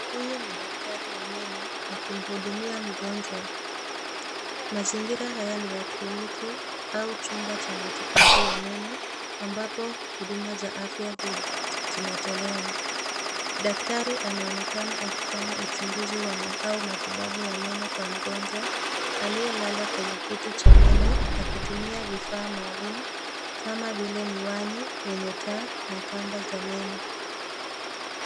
Huyu ni daktari wa meno, akimhudumia mgonjwa , mazingira haya ni ya kliniki, au chumba ya matibabu ya meno, ambapo huduma za afya zinatolewa, daktari anaonekana akifanya matibabu au uchunguzi ya meno kwa mgonjwa aliyelala kwenye kiti cha meno akitumia kifaa maalum kama vile miwani ynye taa na kamba za meno.